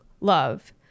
love